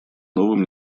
новым